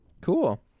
Cool